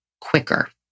quicker